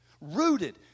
Rooted